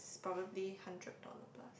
probably hundred dollar plus